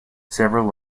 several